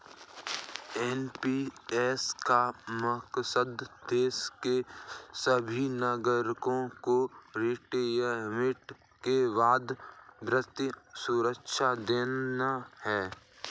NPS का मकसद देश के सभी नागरिकों को रिटायरमेंट के बाद वित्तीय सुरक्षा देना है